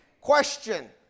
Question